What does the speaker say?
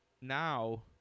now